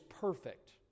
perfect